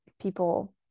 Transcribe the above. people